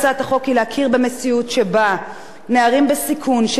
בסיכון שנזרקו מבית מתעלל או מבית קשה-יום,